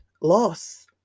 loss